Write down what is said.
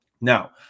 Now